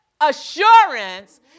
assurance